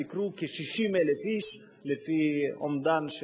ביקרו כ-60,000 איש לפי אומדן,